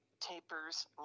tapers